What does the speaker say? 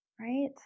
Right